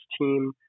team